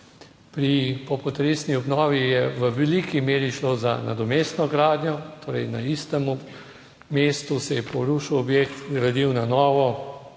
Pri popotresni obnovi je v veliki meri šlo za nadomestno gradnjo, torej na istem mestu se je porušil objekt, gradil na novo,